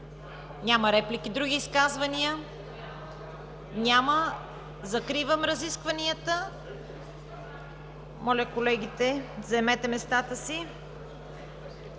Няма. Други изказвания? Няма. Закривам разискванията. Моля, колеги, заемете местата си.